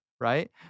right